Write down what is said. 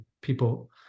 people